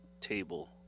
table